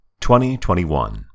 2021